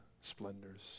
splendors